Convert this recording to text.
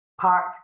park